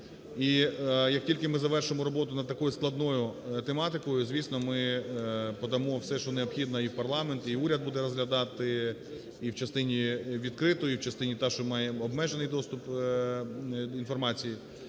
І як тільки ми завершимо роботу над такою складною тематикою, звісно, ми подамо все, що необхідно і в парламент, і уряд буде розглядати і в частині відкритої, і в частині та, що має обмежений доступ інформації.